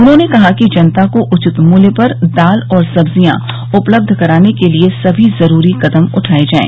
उन्होंने कहा कि जनता को उचित मूल्य पर दाल एवं सब्जियां उपलब्ध कराने के लिए सभी जरूरी कदम उठाये जाएं